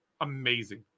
amazing